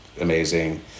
amazing